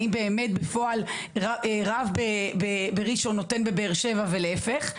האם באמת בפועל רב בראשון נותן בבאר שבע ולהיפך?